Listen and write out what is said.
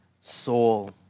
soul